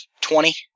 twenty